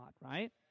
right